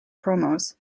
promos